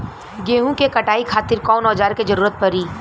गेहूं के कटाई खातिर कौन औजार के जरूरत परी?